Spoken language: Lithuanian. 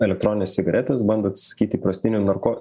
elektronines cigaretes bando atsisakyti įprastinių narko